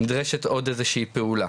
נדרשת עוד איזו שהיא פעולה.